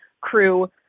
Crew